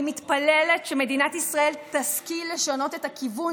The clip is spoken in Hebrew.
אני מתפללת שמדינת ישראל תשכיל לשנות את הכיוון,